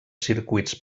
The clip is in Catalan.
circuits